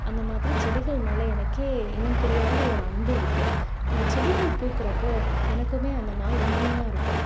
அந்த மாதிரி செடிகள் மேலே எனக்கே இனம் புரியாத ஒரு அன்பு இருக்குது அந்த செடிகள் பூக்கிறப்ப எனக்குமே அந்த நாள் இனிமையாக இருக்கும்